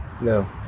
No